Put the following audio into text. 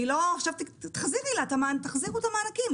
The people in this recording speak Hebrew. ועכשיו אומרים לה: תחזירו את המענקים.